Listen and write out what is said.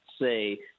say